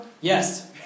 Yes